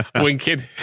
Winking